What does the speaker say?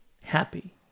happy